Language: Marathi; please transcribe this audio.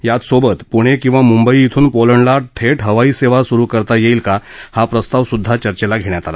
याचबरोबर पुणे किवा मुंबई इथून पोलंडला थेट हवाई सेवा सुरू करता येईल का हा प्रस्ताव सुद्धा चर्चेला घेण्यात आला